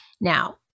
Now